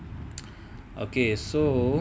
okay so